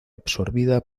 absorbida